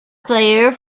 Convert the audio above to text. player